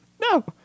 no